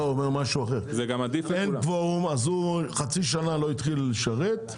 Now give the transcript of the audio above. הוא אומר משהו אחר אין קוורום אז חצי שנה לא התחיל לשרת,